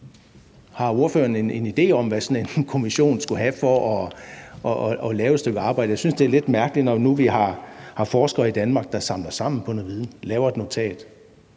Har ordføreren en idé om, hvad sådan en kommission skulle have for at lave et stykke arbejde? Jeg synes, det er lidt mærkeligt med en kommission, når nu vi har forskere i Danmark, der samler sammen på noget viden og laver et notat